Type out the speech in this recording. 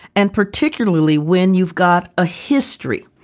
and particularly when you've got a history,